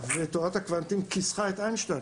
ותורת הקוונטים כיסחה את איינשטיין.